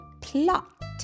plot